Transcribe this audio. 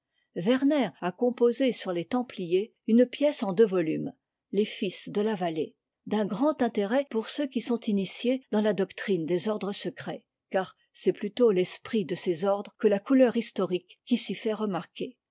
werner a composé sur les temp iers une pièce en deux volumes les fils de la pallée d'un grand intérêt pour ceux qui sont initiés dans la doctrine des ordres secrets car c'est plutôt l'esprit de ces ordres que la couleur historique qui s'y fait remarquer